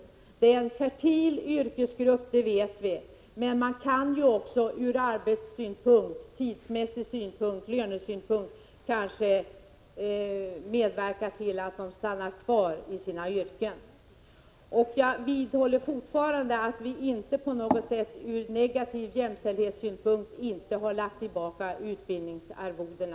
Vi vet att det handlar om en fertil yrkesgrupp, men man kan också ur arbetssynpunkt, tidsmässig synpunkt och lönesynpunkt kanske medverka till att de stannar kvar i sin yrken. Jag vidhåller fortfarande att det inte på något sätt är ur negativ jämställdhetssynpunkt som vi inte har lagt tillbaka utbildningsarvodena.